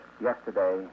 yesterday